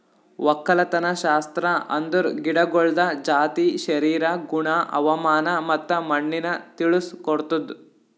ಒಕ್ಕಲತನಶಾಸ್ತ್ರ ಅಂದುರ್ ಗಿಡಗೊಳ್ದ ಜಾತಿ, ಶರೀರ, ಗುಣ, ಹವಾಮಾನ ಮತ್ತ ಮಣ್ಣಿನ ತಿಳುಸ್ ಕೊಡ್ತುದ್